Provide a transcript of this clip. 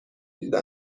دیده